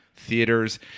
theaters